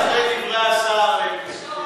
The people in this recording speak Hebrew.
אחרי דברי השר אני מוותר.